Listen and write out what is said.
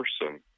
person